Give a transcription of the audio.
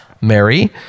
Mary